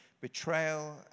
betrayal